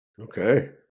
Okay